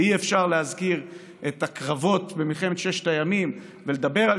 אי-אפשר להזכיר את הקרבות במלחמת ששת הימים ולדבר על